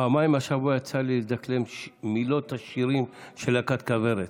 פעמיים השבוע יצא לי לדקלם את מילות השירים של להקת כוורת,